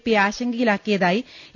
P യെ ആശങ്കയിലാക്കിയതായി A